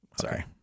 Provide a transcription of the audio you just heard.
sorry